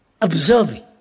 observing